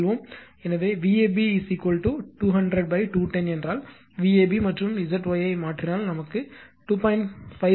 எனவே Vab 200210 என்றால் Vab மற்றும் Zy ஐ மாற்றினால் 2